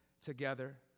together